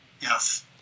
Yes